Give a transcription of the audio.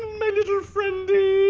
my little friendy.